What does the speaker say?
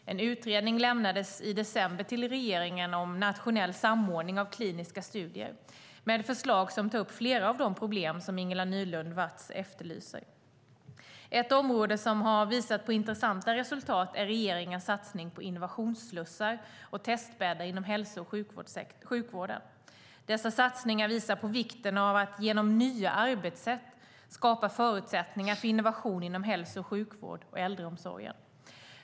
En utredning lämnades i december till regeringen om nationell samordning av kliniska studier, med förslag som tar upp flera av de problem som Ingela Nylund Watz efterlyser. Ett område som har visat intressanta resultat är regeringens satsning på innovationsslussar och testbäddar inom hälso och sjukvården. Dessa satsningar visar på vikten av att genom nya arbetssätt skapa förutsättningar för innovation inom hälso och sjukvård och äldreomsorgen.